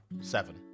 Seven